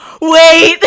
Wait